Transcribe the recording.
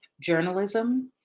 journalism